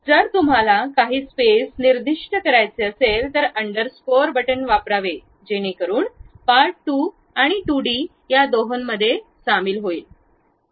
जर तुम्हाला काही स्पेस निर्दिष्ट करायचे असेल तर अंडरस्कोर बटण वापरावे जेणेकरून पार्ट 2 आणि 2 डी या दोहोंमध्ये सामील होईल